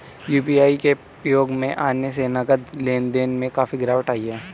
UPI के उपयोग में आने से नगद लेन देन में काफी गिरावट आई हैं